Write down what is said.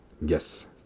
Yes